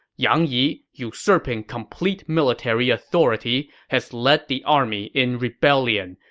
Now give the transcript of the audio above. yang yi, usurping complete military authority, has led the army in rebellion.